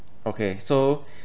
okay so